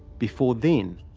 before then,